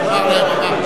אגבאריה.